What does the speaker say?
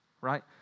right